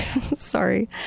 Sorry